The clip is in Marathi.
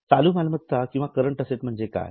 चालू मालमत्ता किंवा करंट असेट्स म्हणजे काय